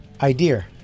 Idea